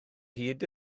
hyd